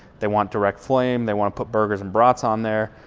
they want direct flame, they wanna put burgers and brats on there,